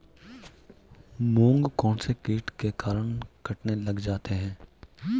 मूंग कौनसे कीट के कारण कटने लग जाते हैं?